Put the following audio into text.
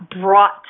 brought